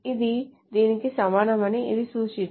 ఇది దీనికి సమానమని ఇది సూచిస్తుంది